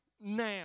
now